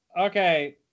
okay